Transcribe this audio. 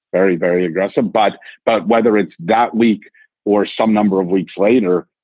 very, very aggressive. but but whether it's that leak or some number of weeks later,